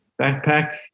Backpack